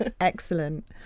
Excellent